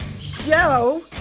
show